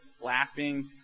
laughing